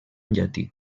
llatí